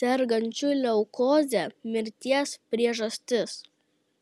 sergančių leukoze mirties priežastis